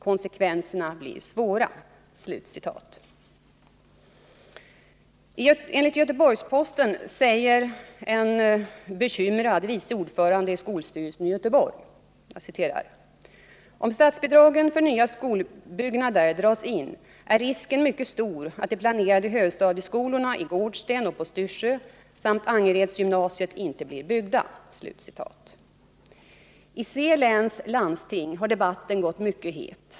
Konsekvenserna blir svåra.” Enligt Göteborgs-Posten säger en bekymrad vice ordförande i skolstyrelsen i Göteborg: ”Om statsbidragen för nya skolbyggnader dras in är risken mycket stor att de planerade högstadieskolorna i Gårdsten och på Styrsö samt Angeredsgymnasiet inte blir byggda.” I C-länets landsting har debatten gått mycket het.